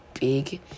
big